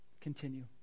continue